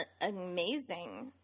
amazing